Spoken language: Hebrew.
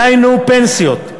דהיינו פנסיות,